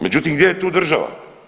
Međutim, gdje je tu država?